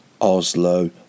Oslo